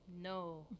no